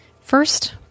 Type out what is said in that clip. First